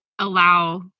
allow